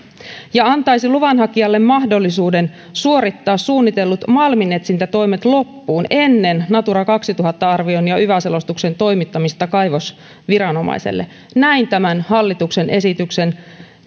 ja antaisi luvanhakijalle mahdollisuuden suorittaa suunnitellut malminetsintätoimet loppuun ennen natura kaksituhatta arviointia ja yva selostuksen toimittamista kaivosviranomaiselle näin tämän hallituksen esityksen